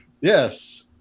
Yes